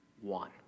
one